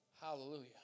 Hallelujah